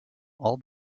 all